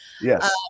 yes